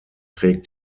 trägt